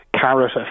carrot